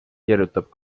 kirjutab